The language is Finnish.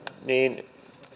niin